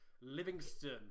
Livingston